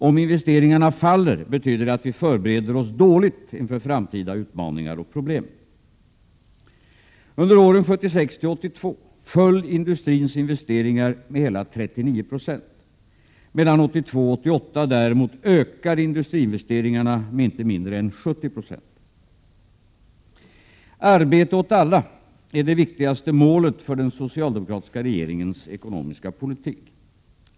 Om investeringarna faller betyder det att vi förbereder oss dåligt inför framtida utmaningar och problem. Under åren 1976-1982 föll industrins investeringar med hela 39 4. Mellan 1982 och 1988, däremot, ökade industriinvesteringarna med inte mindre än 70 I. Oo Arbete åt alla är det viktigaste målet för den socialdemokratiska regeringens ekonomiska politik.